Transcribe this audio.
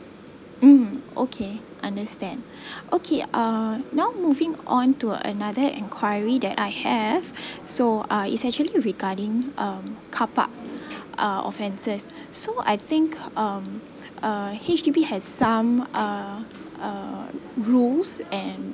mm okay understand okay uh now moving on to another enquiry that I have so uh it's actually regarding um carpark uh offences so I think um uh H_D_B has some uh uh rules and